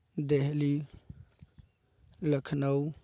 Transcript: Delhi Lucknow